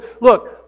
look